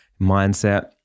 mindset